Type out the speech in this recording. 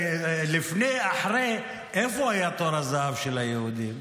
לפני, אחרי, איפה היה תור הזהב של היהודים?